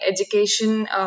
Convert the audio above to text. education